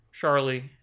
Charlie